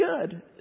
good